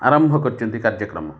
ଆରମ୍ଭ କରିଛନ୍ତି କାର୍ଯ୍ୟକ୍ରମ